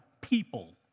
people